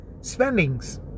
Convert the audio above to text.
spendings